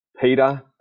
Peter